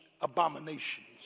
abominations